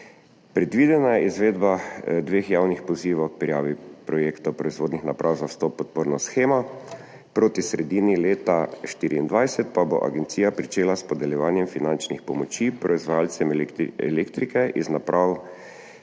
Predvidena je izvedba dveh javnih pozivov k prijavi projektov proizvodnih naprav za vstop v podporno shemo. Proti sredini leta 2024 pa bo agencija začela s podeljevanjem finančnih pomoči proizvajalcem elektrike iz naprav